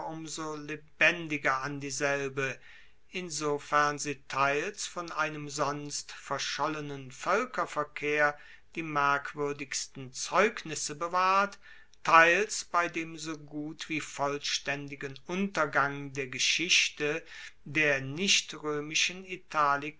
so lebendiger an dieselbe insofern sie teils von einem sonst verschollenen voelkerverkehr die merkwuerdigsten zeugnisse bewahrt teils bei dem so gut wie vollstaendigen untergang der geschichte der nichtroemischen italiker